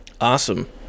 awesome